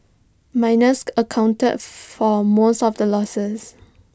miners accounted for most of the losses